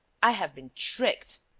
i have been tricked,